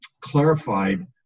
clarified